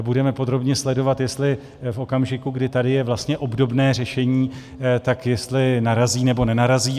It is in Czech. Budeme podrobně sledovat, jestli v okamžiku, kdy tady je vlastně obdobné řešení, tak jestli narazí, nebo nenarazí.